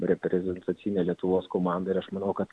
reprezentacinė lietuvos komanda ir aš manau kad